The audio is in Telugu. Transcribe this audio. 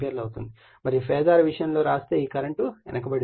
మరియు ఫాజర్ విషయం లో వ్రాస్తే ఈ కరెంట్ వెనుకబడి ఉంటుంది